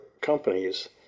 companies